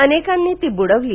अनेकांनी ती बुडवली